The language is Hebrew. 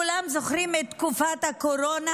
כולם זוכרים את תקופת הקורונה,